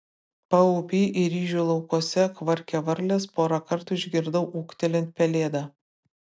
paupy ir ryžių laukuose kvarkė varlės porą kartų išgirdau ūktelint pelėdą